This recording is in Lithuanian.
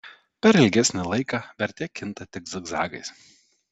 per ilgesnį laiką vertė kinta tik zigzagais